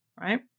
right